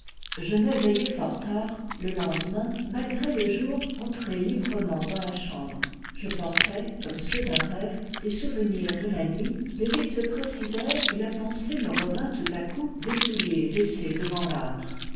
je m'éveillai fort tard le lendemain mal gré le jour entré librement dans la chambre je portais comme ceux d'un rêve les souvenirs de la nuit mais ils se précisèrent et la pensée me revint tout à coup des souliers laissés devant l'âtre